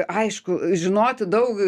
aišku žinoti daug